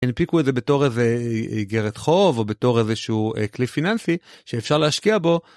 הנפיקו איזה בתור איזה אגרת חוב או בתור איזשהו כלי פיננסי שאפשר להשקיע בו.